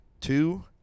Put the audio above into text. two